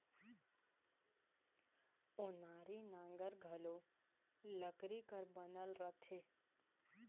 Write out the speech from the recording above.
ओनारी नांगर घलो लकरी कर बनल रहथे